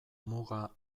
muga